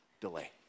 delay